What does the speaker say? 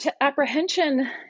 apprehension